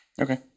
okay